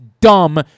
dumb